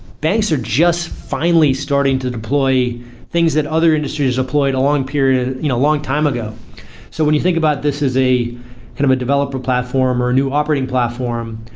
banks are just finally starting to deploy things that other industries employed a long period a you know long time ago so when you think about this is a and a developer platform or a new operating platform,